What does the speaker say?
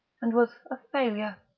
and was a failure,